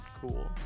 Cool